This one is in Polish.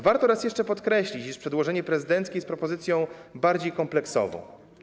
Warto raz jeszcze podkreślić, iż przedłożenie prezydenckie jest propozycją bardziej kompleksową.